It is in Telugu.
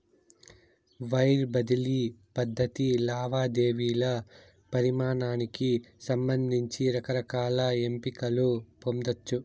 వైర్ బదిలీ పద్ధతి లావాదేవీల పరిమానానికి సంబంధించి రకరకాల ఎంపికలు పొందచ్చు